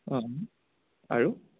অঁ আৰু